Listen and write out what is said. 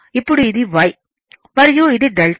ఇప్పుడు ఇది y మరియు ఇది 𝛅